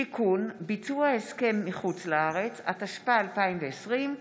התשפ"א 2020,